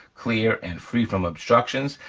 clear, and free from obstructions.